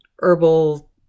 herbal